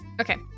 Okay